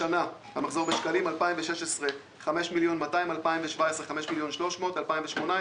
השנה המחזור בשקלים חדשים 2016 5,200,000 2017 5,300,000 2018